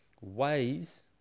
ways